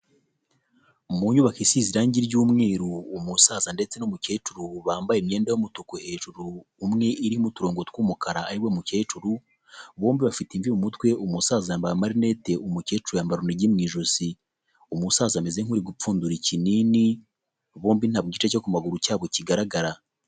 Mu nyubako isize irangi ry'umweru umusaza ndetse n'umukecuru bambaye imyenda y'umutuku hejuru umwe iririmo u turongogo tw'umukara ariwe mukecuru bombi bafite imvi mu mutwe umusaza yambaye amarinete umukecuru yambara urunigi mu ijosi, umusaza ameze nk'uri gupfudura ikinini bombi ntabwo igice cyo ku maguru cyabo kigaragara.